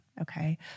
Okay